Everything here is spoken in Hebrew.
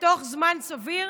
בתוך זמן סביר